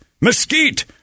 mesquite